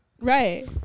Right